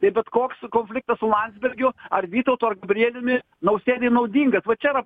tai bet koks konfliktas su landsbergiu ar vytautu ar gabrieliumi nausėdai naudingas va čia yra